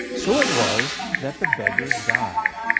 so it was that the beggar died.